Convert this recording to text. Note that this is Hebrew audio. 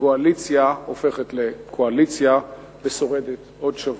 הגועליציה הופכת לקואליציה, ושורדת עוד שבוע.